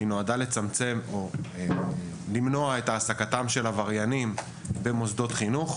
היא נועדה למנוע את העסקתם של עבריינים במוסדות חינוך.